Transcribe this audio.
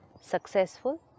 Successful